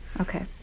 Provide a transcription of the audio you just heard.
Okay